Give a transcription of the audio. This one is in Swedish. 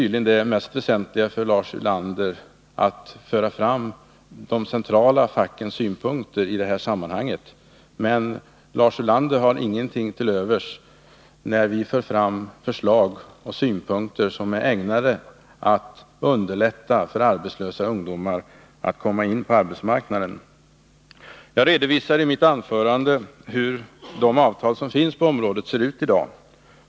Det mest väsentliga för Lars Ulander är tydligen att föra fram de centrala fackens synpunkter i det här sammanhanget, men han har ingenting till övers för våra förslag och synpunkter för att underlätta för arbetslösa ungdomar att komma in på arbetsmarknaden. Jag redovisade i mitt anförande hur de avtal som finns på området ser ut i dag.